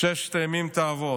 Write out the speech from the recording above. "ששת ימים תעבד"